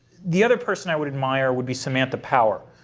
the other person i would admire would be samantha power.